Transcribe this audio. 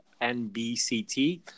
NBCT